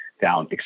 down